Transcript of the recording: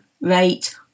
rate